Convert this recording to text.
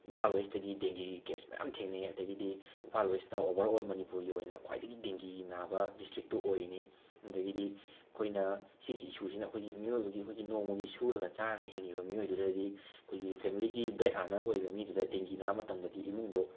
ꯏꯝꯐꯥꯜ ꯋꯦꯁꯇꯒꯤ ꯒꯦꯡꯒꯤꯒꯤ ꯀꯦꯁ ꯃꯌꯥꯝ ꯊꯦꯡꯅꯩ ꯑꯗꯒꯤꯗꯤ ꯏꯝꯐꯥꯜ ꯋꯦꯁꯅ ꯑꯣꯕꯔꯑꯣꯜ ꯃꯅꯤꯄꯨꯔꯒꯤ ꯑꯣꯏꯅ ꯈ꯭ꯋꯥꯏꯗꯒꯤ ꯗꯦꯡꯒꯤ ꯅꯥꯕ ꯗꯤꯁꯇ꯭ꯔꯤꯛꯇꯨ ꯑꯣꯏꯔꯤꯅꯤ ꯑꯗꯒꯤꯗꯤ ꯑꯩꯈꯣꯏꯅ ꯁꯤꯒꯤ ꯏꯁꯨꯁꯤꯅ ꯑꯩꯈꯣꯏꯒꯤ ꯃꯤꯑꯣꯏꯕꯒꯤ ꯑꯩꯈꯣꯏꯒꯤ ꯅꯣꯡꯃꯒꯤ ꯁꯨꯔꯒ ꯆꯥꯔꯒ ꯍꯤꯡꯉꯤꯕ ꯃꯤꯑꯣꯏꯗꯨꯗꯗꯤ ꯑꯩꯈꯣꯏꯒꯤ ꯐꯦꯃꯤꯂꯤꯒꯤ ꯕ꯭ꯔꯦꯠ ꯑꯥꯔꯅꯔ ꯑꯣꯏꯔꯤꯕ ꯃꯤꯗꯨꯗ ꯗꯦꯡꯒꯤ ꯅꯥꯕ ꯃꯇꯝꯗꯗꯤ ꯏꯃꯨꯡꯗꯣ